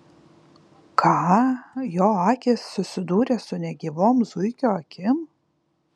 ką jo akys susidūrė su negyvom zuikio akim